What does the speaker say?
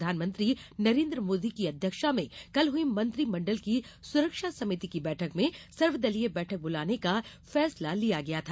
प्रधानमंत्री नरेन्द्र मोदी की अध्यक्षता में कल हुई मंत्रिमंडल की सुरक्षा समिति की बैठक में सर्वदलीय बैठक बुलाने का फैसला लिया गया था